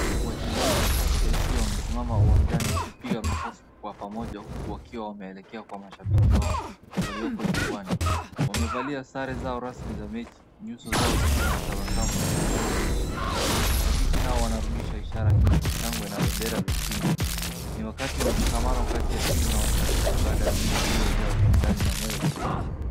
Wachezaji wa Tusker FC wamesimama uwanjani wakipiga makofi kwa pamoja huku wakiwa wameelekea kwa mashabiki wao walioko jukwaani. Wamevalia sare zao rasmi za mechi, nyuso zao zikiwa na tabasamu za shukrani na heshima, mashabiki nao wanarudisha ishara hiyo kwa shangwe na bendera za timu. Ni wakati wa mshikamano kati ya timu na mashabiki baada ya mechi iliyojaa ushindani na moyo wa timu.